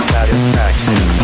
Satisfaction